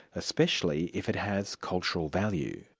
especially if it has cultural value.